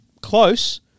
close